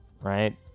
right